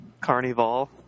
Carnival